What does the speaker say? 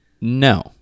No